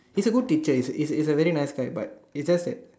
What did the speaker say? he is a good teacher is is a very nice guy but it just that